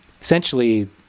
essentially